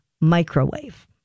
microwave